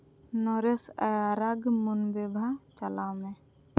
ᱱᱚᱨᱮᱥ ᱟᱭᱟᱨᱚᱜᱽ ᱢᱩᱱᱵᱮᱵᱷᱟ ᱪᱟᱞᱟᱣ ᱢᱮ